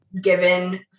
given